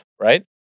Right